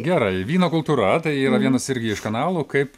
gerai vyno kultūra tai yra vienas irgi iš kanalų kaip